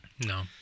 No